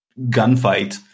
gunfight